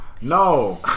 no